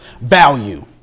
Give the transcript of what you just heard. Value